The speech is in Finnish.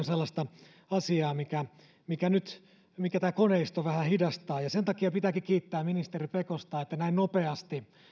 sellaista asiaa mitä tämä koneisto vähän hidastaa ja sen takia pitääkin kiittää ministeri pekosta että näin nopeasti